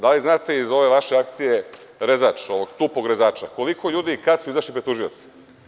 Da li znate iz ove vaše akcije „Rezač“, ovog „tupog rezača“, koliko ljudi i kada su izašli pred tužioca?